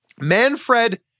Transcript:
Manfred